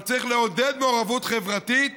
צריך לעודד מעורבות חברתית